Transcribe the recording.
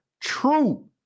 true